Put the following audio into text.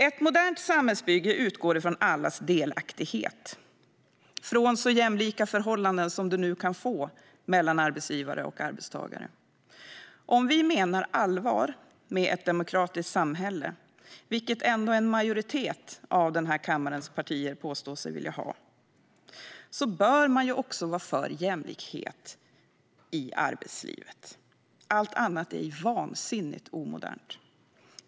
Ett modernt samhällsbygge utgår från allas delaktighet, från så jämlika förhållanden som man nu kan få mellan arbetsgivare och arbetstagare. Om vi menar allvar med ett demokratiskt samhälle, vilket ändå en majoritet av den här kammarens partier påstår sig vilja ha, bör man också vara för jämlikhet i arbetslivet. Allt annat är ju vansinnigt omodernt.